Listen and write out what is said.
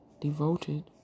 devoted